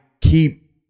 keep